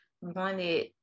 wanted